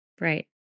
right